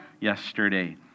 yesterday